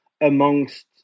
amongst